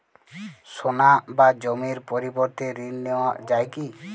সোনা বা জমির পরিবর্তে ঋণ নেওয়া যায় কী?